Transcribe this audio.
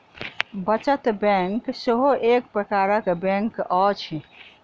बचत बैंक सेहो एक प्रकारक बैंक अछि